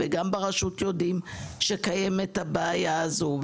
וגם ברשות יודעים שקיימת הבעיה הזו.